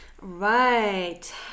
Right